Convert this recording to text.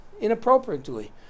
inappropriately